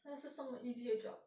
那是 somewhat easy 的 job